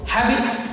Habits